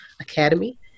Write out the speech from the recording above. Academy